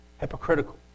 hypocritical